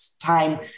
time